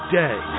day